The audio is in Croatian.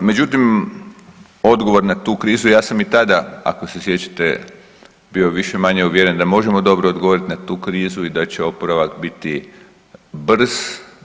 Međutim, odgovor na tu krizu ja sam i tada, ako se sjećate bio više-manje uvjeren da možemo dobro odgovoriti na tu krizu i da će oporavak biti brz.